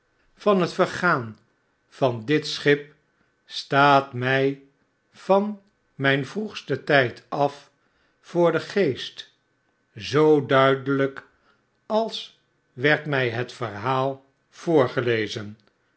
van het vergaan van dit schip staat mg van mijn vroegste tgd af voor den geest zoo duidelijk als werd mg het verhaal voorgelezen